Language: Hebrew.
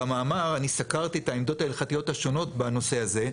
במאמר אני סקרתי את העמדות ההלכתיות השונות בנושא הזה.